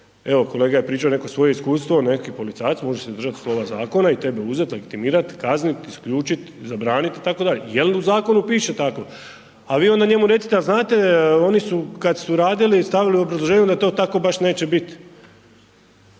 evo kolega je pričo, reko svoje iskustvo, neki policajac može se držat slova zakona i tebe uzet, legitimirat i kaznit, isključit, zabranit itd. jel u zakonu piše tako, a vi onda njemu recite, a znate oni su, kad su radili stavili u obrazloženju da to tako baš neće bit,